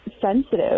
sensitive